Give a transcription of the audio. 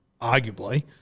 arguably –